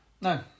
No